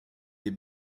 des